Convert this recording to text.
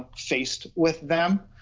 ah faced with them.